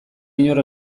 inor